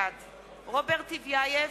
בעד רוברט טיבייב,